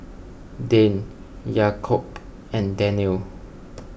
Dian Yaakob and Daniel